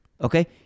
Okay